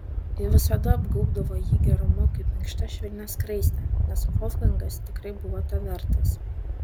ji visada apgaubdavo jį gerumu kaip minkšta švelnia skraiste nes volfgangas tikrai buvo to vertas